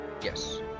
Yes